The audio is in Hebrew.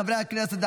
חברי הכנסת,